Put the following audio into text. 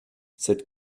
cette